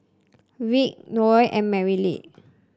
Rick Noel and Merritt